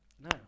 No